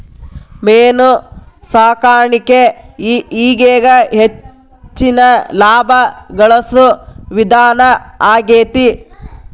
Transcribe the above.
main ಸಾಕಾಣಿಕೆ ಈಗೇಗ ಹೆಚ್ಚಿನ ಲಾಭಾ ಗಳಸು ವಿಧಾನಾ ಆಗೆತಿ